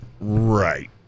Right